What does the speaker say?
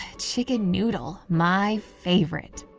chicken noodle, my favorite.